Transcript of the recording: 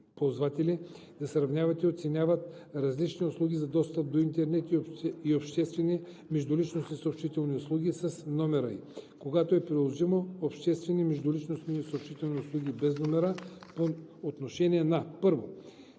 да сравняват и оценяват различни услуги за достъп до интернет и обществени междуличностни съобщителни услуги с номера и, когато е приложимо, обществени междуличностни съобщителни услуги без номера, по отношение на: 1.